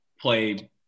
play